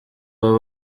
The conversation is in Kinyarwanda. baba